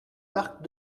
marc